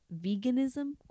veganism